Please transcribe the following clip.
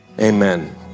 amen